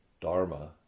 Dharma